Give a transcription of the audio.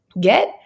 get